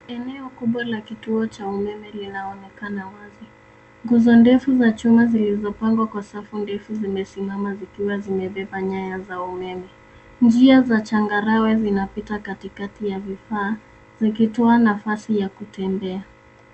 Eneo kubwa la kituo cha umeme linaonekana wazi. Nguzo ndefu za chuma zilizopangwa kwa safu ndefu zimesimama zikiwa zimebeba nyaya za umeme. Njia za changarawe zinapita katikati ya vifaa zikitoa nafasi ya kutembea.